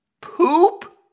poop